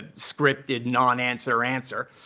ah scripted nonanswer answer.